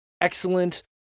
excellent